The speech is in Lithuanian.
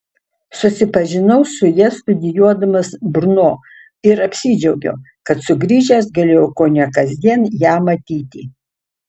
susipažinau su ja studijuodamas brno ir apsidžiaugiau kad sugrįžęs galėjau kone kasdien ją matyti